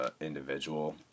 individual